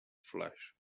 flesh